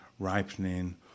ripening